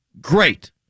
great